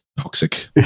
Toxic